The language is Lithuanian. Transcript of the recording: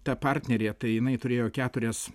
ta partnerė tai jinai turėjo keturias